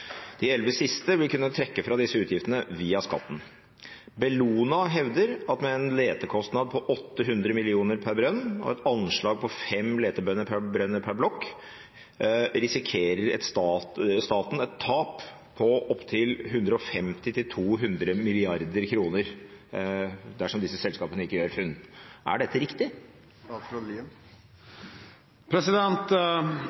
De 11 siste vil kunne trekke fra disse utgiftene via skatten. Bellona hevder at med en letekostnad på 800 mill. kr per brønn og et anslag på 5 letebrønner per blokk risikerer staten et direkte tap på 150 mrd. kr–200 mrd. kr. Er dette riktig?»